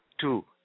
two